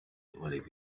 olive